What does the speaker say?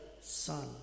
son